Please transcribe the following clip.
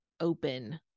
open